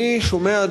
אני שומע,